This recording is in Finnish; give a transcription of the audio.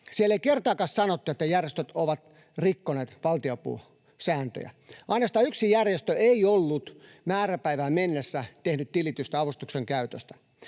Siellä ei kertaakaan sanottu, että järjestöt ovat rikkoneet valtionapusääntöjä. Ainoastaan yksi järjestö ei ollut määräpäivään mennessä tehnyt tilitystä avustuksen käytöstä.